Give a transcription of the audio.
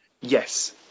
Yes